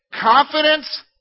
Confidence